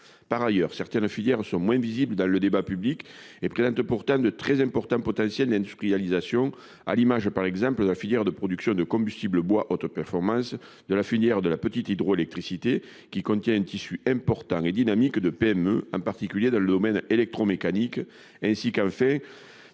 Par ailleurs, certaines filières sont moins visibles dans le débat public et présente pourtant de très important potentiel d'industrialisation à l'image par exemple la filière de production de combustible bois haute performance de la filière de la petite hydroélectricité qui contient un tissu important et dynamique de PME en particulier dans le domaine électromécanique. Ainsi qu'elle fait.